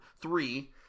Three